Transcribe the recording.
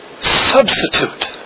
substitute